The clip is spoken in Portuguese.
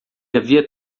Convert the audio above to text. havia